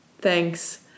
Thanks